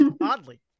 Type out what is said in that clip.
Oddly